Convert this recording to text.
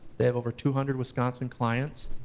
they have over two hundred wisconsin clients.